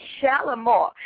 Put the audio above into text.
Shalimar